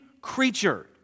creature